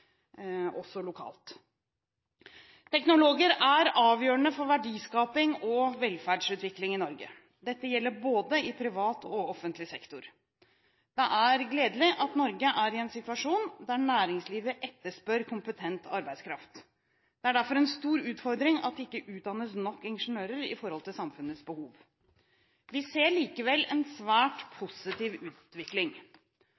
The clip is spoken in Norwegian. også lokalt. Teknologer er avgjørende for verdiskaping og velferdsutvikling i Norge. Dette gjelder i både privat og offentlig sektor. Det er gledelig at Norge er i en situasjon der næringslivet etterspør kompetent arbeidskraft. Det er derfor en stor utfordring at det ikke utdannes nok ingeniører i forhold til samfunnets behov. Vi ser likevel en svært